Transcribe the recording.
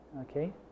okay